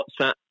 WhatsApp